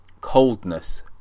coldness